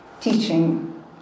teaching